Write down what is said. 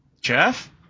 Jeff